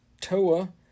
Toa